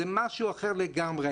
זה משהו אחר לגמרי.